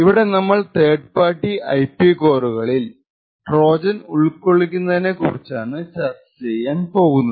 ഇവിടെ നമ്മൾ third party IP കോറുകളിൽ ട്രോജൻ ഉള്കൊള്ളിക്കുന്നതിനെ കുറിച്ചാണ് ചർച്ച ചെയ്യാൻ പോകുന്നത്